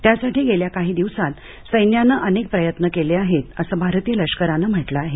त्यासाठी गेल्या काही दिवसात सैन्यानं अनेक प्रयत्न केले आहेत असं भारतीय लष्करान म्हटलं आहे